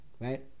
right